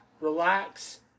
relax